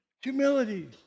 Humility